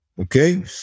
Okay